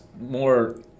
more